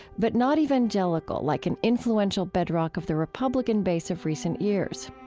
but not evangelical like an influential bedrock of the republican base of recent years.